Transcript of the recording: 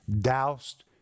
doused